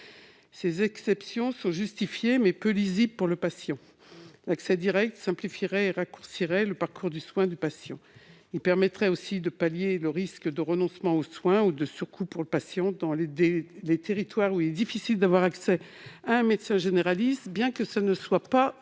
Ces exceptions sont justifiées, mais peu lisibles pour le patient. L'accès direct simplifierait et raccourcirait le parcours de soins du patient. Il permettrait aussi de pallier le risque de renoncement aux soins ou de surcoût pour le patient dans les territoires où il est difficile d'avoir accès à un médecin généraliste, bien que ce ne soit pas l'argument